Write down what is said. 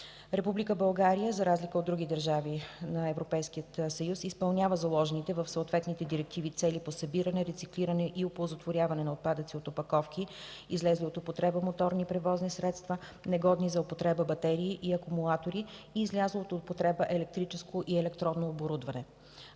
Република България, за разлика от други държави на Европейския съюз, изпълнява заложените в съответните директиви цели по събиране, рециклиране и оползотворяване на отпадъци от опаковки, излезли от употреба моторни превозни средства, негодни за употреба батерии и акумулатори и излязло от употреба електрическо и електронно оборудване.